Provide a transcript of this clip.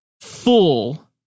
full